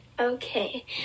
Okay